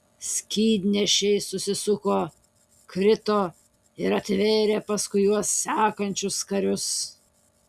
skydnešiai susisuko krito ir atvėrė paskui juos sekančius karius